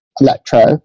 Electro